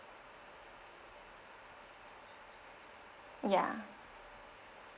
ya